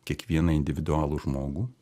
kiekvieną individualų žmogų